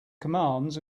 commands